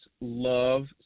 love